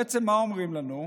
בעצם מה אומרים לנו?